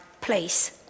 place